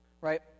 right